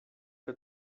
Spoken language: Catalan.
que